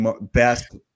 best